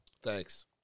Thanks